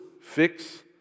fix